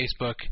Facebook